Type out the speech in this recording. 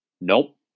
Nope